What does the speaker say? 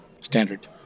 standard